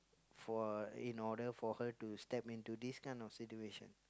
for in order for her to step into this kind of situation